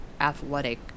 athletic